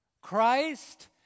Christ